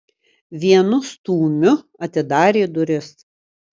vienu stūmiu atidarė duris